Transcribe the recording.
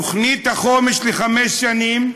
תוכנית החומש לחמש שנים,